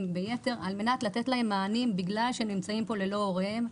ביתר כדי לתת להם מענים בגלל שהם נמצאים פה ללא הוריהם.